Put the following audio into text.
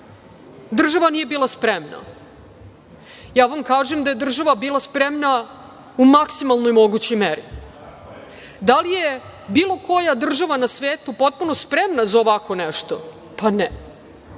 Država nije bila spremna. Ja vam kažem da je država bila spremna u maksimalnoj mogućoj meri. Da li je bilo koja država na svetu potpuno spremna za ovako nešto? Ne.